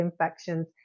infections